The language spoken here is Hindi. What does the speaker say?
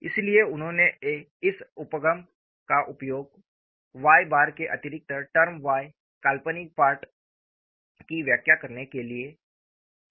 इसलिए उन्होंने इस उपागम का उपयोग Y के अतिरिक्त टर्म y काल्पनिक भाग की व्याख्या करने के लिए किया